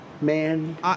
Man